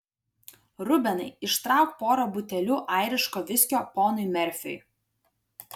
rubenai ištrauk porą butelių airiško viskio ponui merfiui